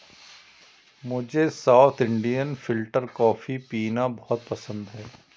मुझे south Indian filter coffee पीना बहुत पसंद है